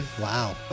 Wow